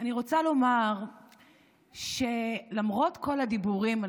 אני רוצה לומר שלמרות כל הדיבורים על